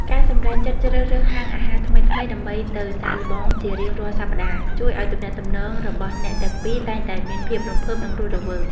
ការសម្រេចចិត្តជ្រើសរើសហាងអាហារថ្មីៗដើម្បីទៅសាកល្បងជារៀងរាល់សប្ដាហ៍ ជួយឱ្យទំនាក់ទំនងរបស់អ្នកទាំងពីរតែងតែមានភាពរំភើប និងរស់រវើក។